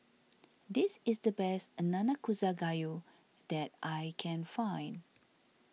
this is the best Nanakusa Gayu that I can find